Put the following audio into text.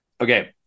Okay